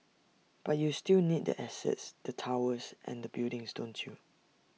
but you still need the assets the towers and the buildings don't you